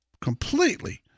completely